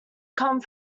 come